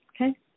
okay